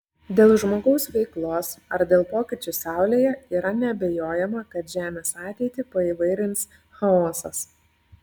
dėl žmogaus veiklos ar dėl pokyčių saulėje yra neabejojama kad žemės ateitį paįvairins chaosas